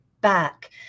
back